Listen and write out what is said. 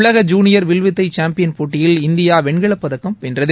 உலக ஜூனியா் வில்வித்தை சாம்யின் போட்டியில் இந்தியா வெண்கலப்பதக்கம் வென்றது